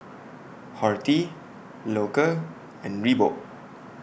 Horti Loacker and Reebok